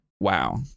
Wow